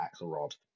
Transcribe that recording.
Axelrod